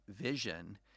vision